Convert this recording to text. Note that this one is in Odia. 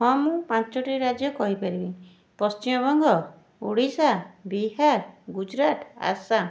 ହଁ ମୁଁ ପାଞ୍ଚଟି ରାଜ୍ୟ କହିପାରିବି ପଶ୍ଚିମବଙ୍ଗ ଓଡ଼ିଶା ବିହାର ଗୁଜୁରାଟ ଆସାମ